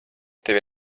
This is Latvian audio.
tevi